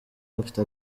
bafite